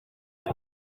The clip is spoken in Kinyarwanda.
ubu